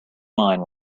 mind